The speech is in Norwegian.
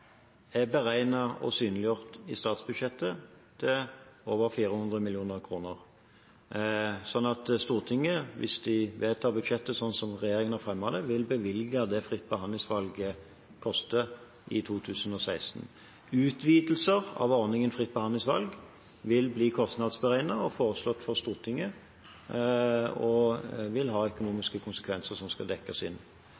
er beregnet – og synliggjort i statsbudsjettet – til over 400 mill. kr, slik at Stortinget, hvis de vedtar budsjettet slik som regjeringen har fremmet det, vil bevilge det som fritt behandlingsvalg koster, i 2016. Utvidelser av ordningen fritt behandlingsvalg vil bli kostnadsberegnet og foreslått for Stortinget, og det vil ha økonomiske konsekvenser, som skal dekkes inn.